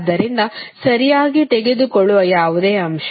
ಆದ್ದರಿಂದ ಸರಿಯಾಗಿ ತೆಗೆದುಕೊಳ್ಳುವ ಯಾವುದೇ ಅಂಶ